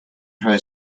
her